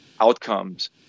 outcomes